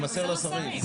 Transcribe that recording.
יימסר לשרים.